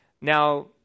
Now